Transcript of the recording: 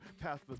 path